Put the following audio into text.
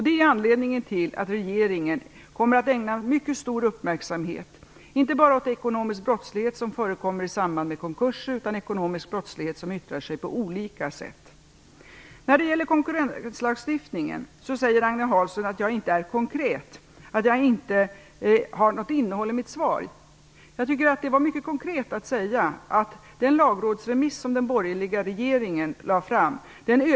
Det är anledningen till att regeringen kommer att ägna mycket stor uppmärksamhet inte bara åt ekonomisk brottslighet som förekommer i samband med konkurser utan också åt annan ekonomisk brottslighet. När det gäller konkurslagstiftningen säger Agne Hansson att jag inte är konkret, att det inte finns något innehåll i mitt svar. Jag tycker att det var mycket konkret att säga att vi nu överväger den lagrådsremiss som den borgerliga regeringen lade fram.